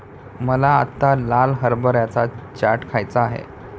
मला आत्ता लाल हरभऱ्याचा चाट खायचा आहे